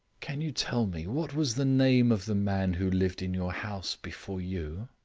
can you tell me what was the name of the man who lived in your house before you?